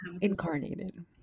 incarnated